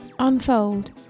Unfold